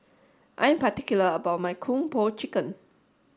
I'm particular about my Kung Pao Chicken